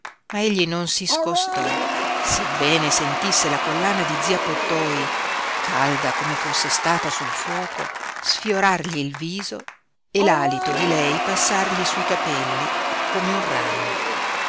ma egli non si scostò sebbene sentisse la collana di zia pottoi calda come fosse stata sul fuoco sfiorargli il viso e l'alito di lei passargli sui capelli come un ragno